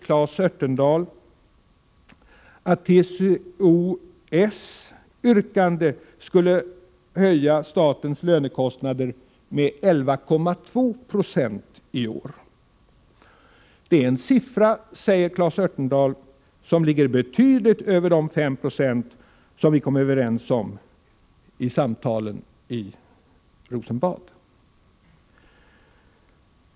Claes Örtendahl, att TCO-S:s yrkande skulle höja statens lönekostnader med 11.2 4 i år. Det är en siffra, säger Claes Örtendahl, som ligger betydligt över de 5 & som vi kom överens om vid samtalen i Rosenbad.